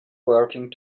working